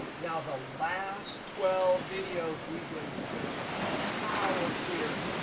now, the last twelve videos we've been studying power query.